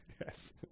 Yes